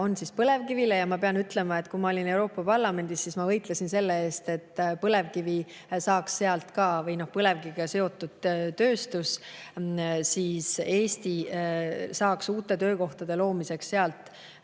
põlevkivile. Ja ma pean ütlema, et kui ma olin Euroopa Parlamendis, siis ma võitlesin selle eest, et põlevkivi või põlevkiviga seotud tööstus saaks ka, Eesti saaks uute töökohtade loomiseks sealt